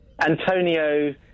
Antonio